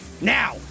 Now